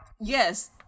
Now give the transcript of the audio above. yes